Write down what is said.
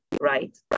right